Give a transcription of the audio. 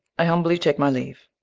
i humbly take my leave.